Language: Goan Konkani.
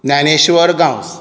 ज्ञानेश्वर गांवस